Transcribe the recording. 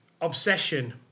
obsession